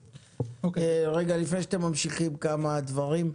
רגע, לפני שאתם ממשיכים, כמה דברים.